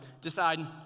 decide